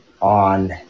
on